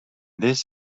this